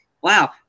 wow